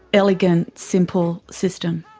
elegant, simple system.